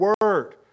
word